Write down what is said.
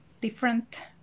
different